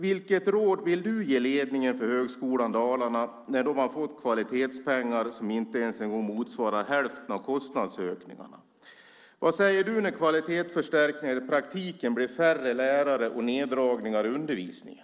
Vilket råd vill du ge ledningen för Högskolan Dalarna när man där har fått kvalitetspengar som inte ens en gång motsvarar hälften av kostnadsökningarna? Vad säger du när kvalitetsförstärkningen i praktiken innebär färre lärare och neddragningar i undervisningen?